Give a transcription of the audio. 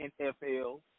NFL